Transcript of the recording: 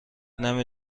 نمی